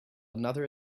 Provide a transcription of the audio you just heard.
another